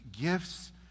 gifts